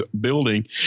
building